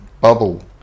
bubble